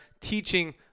teaching